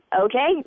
okay